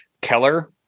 Keller